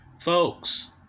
folks